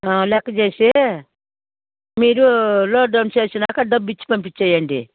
లెక్క చేసి మీరు లోడ్ డంప్ చేసినాక డబ్బు ఇచ్చి పంపించేయండి